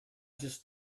just